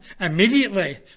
Immediately